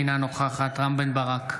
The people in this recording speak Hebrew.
אינה נוכחת רם בן ברק,